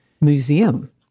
museum